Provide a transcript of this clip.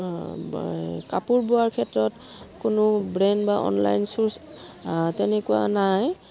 কাপোৰ বোৱাৰ ক্ষেত্ৰত কোনো ব্ৰেণ্ড বা অনলাইন তেনেকুৱা নাই